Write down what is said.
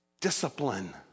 Discipline